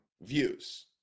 views